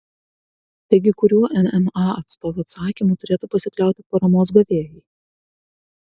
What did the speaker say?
taigi kuriuo nma atstovų atsakymu turėtų pasikliauti paramos gavėjai